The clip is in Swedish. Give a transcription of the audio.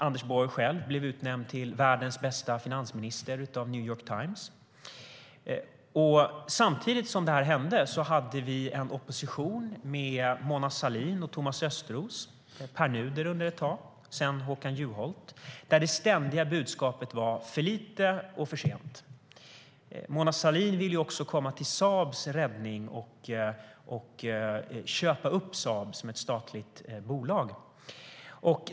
Anders Borg blev själv utnämnd till världens bästa finansminister av New York Times. Samtidigt som detta hände hade vi en opposition - Mona Sahlin, Thomas Östros och Pär Nuder ett tag, sedan Håkan Juholt - vars ständiga budskap var: För lite och för sent! Mona Sahlin ville också komma till Saabs räddning och köpa upp det som ett statligt bolag.